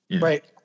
right